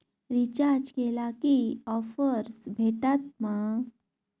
Recharge केला की offers भेटात मा?